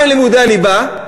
מה הם לימודי הליבה?